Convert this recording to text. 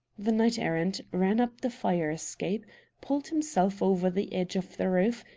the knight-errant ran up the fire-escape, pulled himself over the edge of the roof,